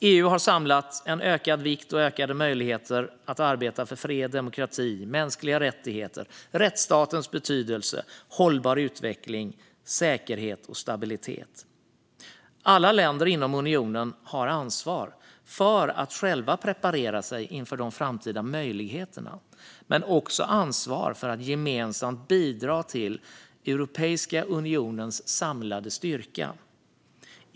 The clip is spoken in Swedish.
EU har samlat en ökad vikt och ökade möjligheter att arbeta för fred, demokrati, mänskliga rättigheter, rättsstatens betydelse, hållbar utveckling, säkerhet och stabilitet. Alla länder inom unionen har ansvar för att själva preparera sig inför de framtida möjligheterna men också för att gemensamt bidra till Europeiska unionens samlade styrka.